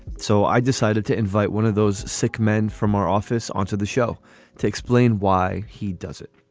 so i decided to invite one of those sick men from our office onto the show to explain why he does it